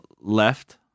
left